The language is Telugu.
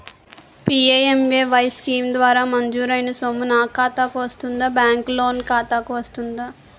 పి.ఎం.ఎ.వై స్కీమ్ ద్వారా మంజూరైన సొమ్ము నా ఖాతా కు వస్తుందాబ్యాంకు లోన్ ఖాతాకు వస్తుందా?